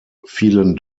vielen